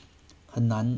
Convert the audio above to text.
很难